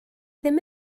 ddim